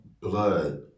blood